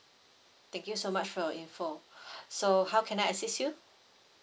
thank you so much for your info so how can I assist you